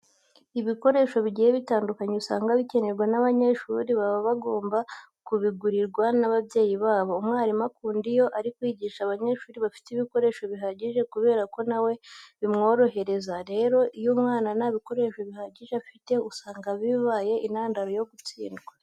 Ibikoresho bigiye bitandukanye usanga bikenerwa n'abanyeshuri baba bagomba kubigurirwa n'ababyeyi babo. Umwarimu akunda iyo ari kwigisha abanyeshuri bafite ibikoresho bihagije kubera ko na we bimworohereza. Rero iyo umwana nta bikoresho bihagije afite usanga bibaye intandaro yo gutsindwa.